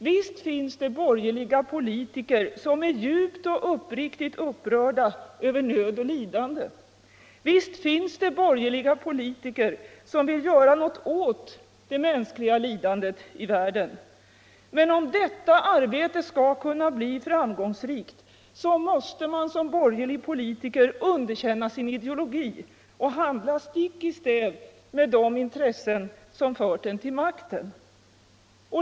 Visst finns det borgerliga politiker som är djupt och uppriktigt upprörda över nöd och lidande. Visst finns det borgerliga politiker som vill göra något åt det mänskliga lidandet i världen, Men om detta arbete skall kunna bli framgångsrikt måste man som borgerlig politiker underkänna sin ideologi och handla stick i stäv med de intressen som har fört en till makten.